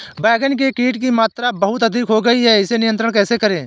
बैगन में कीट की मात्रा बहुत अधिक हो गई है इसे नियंत्रण कैसे करें?